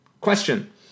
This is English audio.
Question